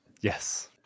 Yes